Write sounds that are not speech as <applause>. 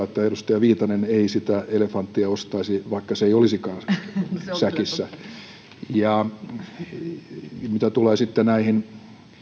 <unintelligible> että edustaja viitanen ei sitä elefanttia ostaisi vaikka se ei olisikaan säkissä ja mitä tulee sitten näihin